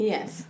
Yes